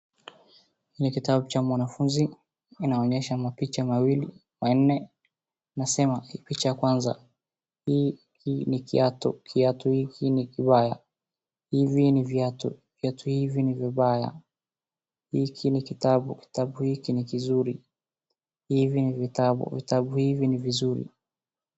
Ni kitabu cha mwanafunzi. Inaonyesha mapicha mawili. Manne inasema hii picha ya kwanza hii ni kiatu, kiatu hiki ni kibaya, hivi ni viatu, viatu hivi ni vibaya. Hiki ni kitabu, kitabu hiki ni kizuri, hivi ni vitabu, vitabu hivi ni vizuri.